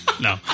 No